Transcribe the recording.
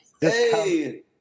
Hey